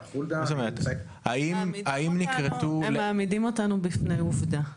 הם מעמידים אותנו בפני עובדה,